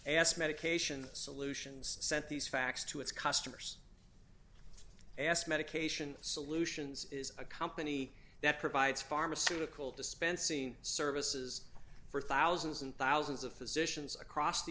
ask medication solutions sent these facts to its customers ask medication solutions is a company that provides pharmaceutical dispensing services for thousands and thousands of physicians across the